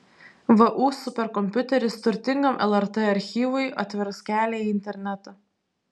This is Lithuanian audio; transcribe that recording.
vu superkompiuteris turtingam lrt archyvui atvers kelią į internetą